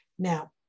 Now